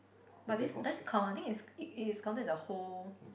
but this this count I think is it is counted as a whole